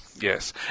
yes